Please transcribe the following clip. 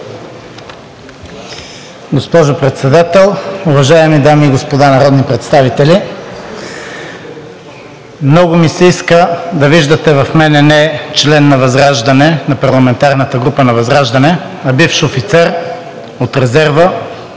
Госпожо Председател, уважаеми дами и господа народни представители! Много ми се иска да виждате в мен не член на ВЪЗРАЖДАНЕ, на парламентарната група на ВЪЗРАЖДАНЕ, а бивш офицер от резерва